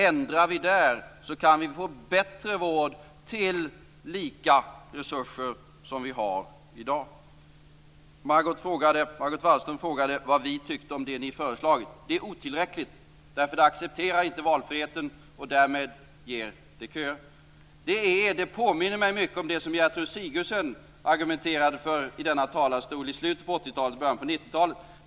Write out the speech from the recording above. Ändrar vi på det kan vi få bättre vård till resurser motsvarande dem vi har i dag. Margot Wallström frågade vad vi tyckte om det de föreslagit. Det är otillräckligt, eftersom det inte accepterar valfriheten, och därmed ger det köer. Det påminner mig mycket om det som Gertrud Sigurdsen argumenterade för i denna talarstol i slutet på 80-talet och början på 90-talet.